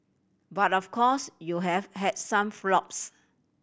but of course you have has some flops